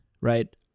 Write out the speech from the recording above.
right